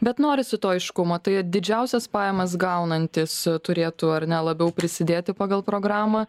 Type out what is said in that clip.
bet norisi to aiškumo tai didžiausias pajamas gaunantys turėtų ar ne labiau prisidėti pagal programą